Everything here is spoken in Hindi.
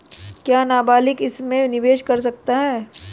क्या नाबालिग इसमें निवेश कर सकता है?